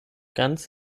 ganz